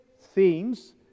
themes